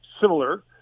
similar